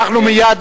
אנחנו מייד,